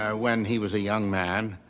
ah when he was a young man,